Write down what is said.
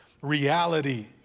reality